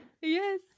Yes